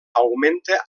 augmenta